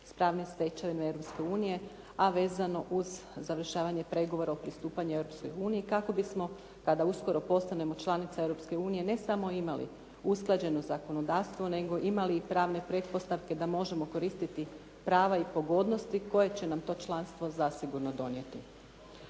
Europske unije, a vezano uz završavanje pregovora o pristupanju Europskoj uniji kako bismo kada uskoro postanemo članica Europske unije ne samo imali usklađeno zakonodavstvo, nego imali i pravne pretpostavke da možemo koristiti prava i pogodnosti koje će nam to članstvo zasigurno donijeti.